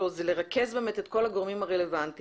זה לרכז באמת את כל הגורמים הרלוונטיים,